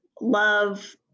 love